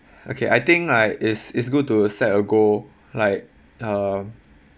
okay I think like is is good to set a goal like um